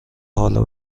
حالا